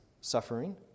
suffering